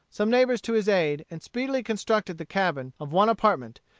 some neighbors to his aid, and speedily constructed the cabin, of one apartment,